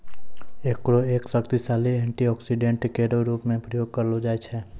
एकरो एक शक्तिशाली एंटीऑक्सीडेंट केरो रूप म प्रयोग करलो जाय छै